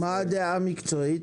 מה הדעה המקצועית?